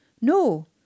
no